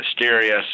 mysterious